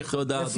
אנחנו נעבוד על פי